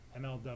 MLW